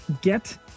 get